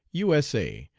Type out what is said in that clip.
u s a,